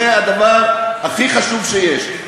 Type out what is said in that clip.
זה הדבר הכי חשוב שיש,